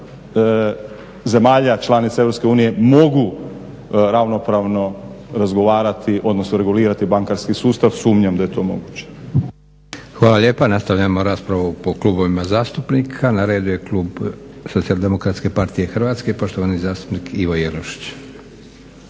Hvala lijepa. Nastavljamo raspravu po klubovima zastupnika. Na redu je klub SDP-a i poštovani zastupnik Ivo Jelušić.